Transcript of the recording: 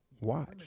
Watch